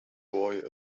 boy